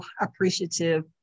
appreciative